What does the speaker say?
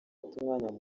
umwanya